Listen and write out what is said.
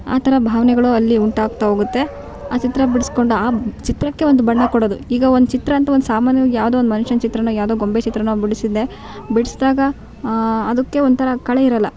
ಆ ಥರ ಭಾವನೆಗಳು ಅಲ್ಲಿ ಉಂಟಾಗ್ತಾ ಹೋಗುತ್ತೆ ಆ ಚಿತ್ರ ಬಿಡ್ಸ್ಕೊಂಡು ಆ ಚಿತ್ರಕ್ಕೆ ಒಂದು ಬಣ್ಣ ಕೊಡೋದು ಈಗ ಒಂದು ಚಿತ್ರ ಅಂತ ಸಾಮಾನ್ಯವಾಗಿ ಯಾವುದೋ ಒಂದು ಮನ್ಷನ ಚಿತ್ರವೋ ಯಾವುದೋ ಗೊಂಬೆ ಚಿತ್ರವೋ ಬಿಡಿಸಿದ್ದೆ ಬಿಡ್ಸಿದಾಗ ಅದಕ್ಕೆ ಒಂಥರ ಖಳೆ ಇರಲ್ಲ